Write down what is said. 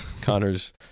Connor's